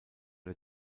der